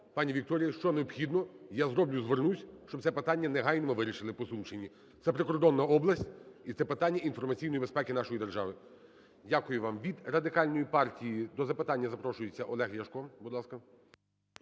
пані Вікторія, що необхідно, я зроблю, звернусь, щоб це питання негайно ми вирішили по Сумщині. Це прикордонна область і це питання інформаційної безпеки нашої держави. Дякую вам. Від Радикальної партії до запитання запрошується Олег Ляшко.